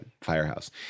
firehouse